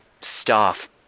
staff